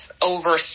over